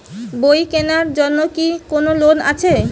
বই কেনার জন্য কি কোন লোন আছে?